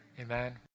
amen